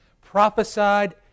prophesied